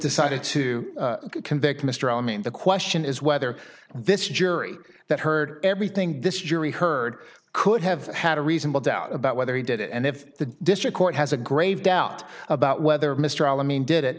mean the question is whether this jury that heard everything this jury heard could have had a reasonable doubt about whether he did it and if the district court has a grave doubt about whether mr amin did it